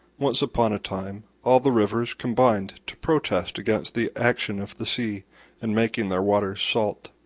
once upon a time all the rivers combined to protest against the action of the sea in making their waters salt.